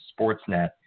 Sportsnet